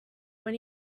when